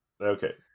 Okay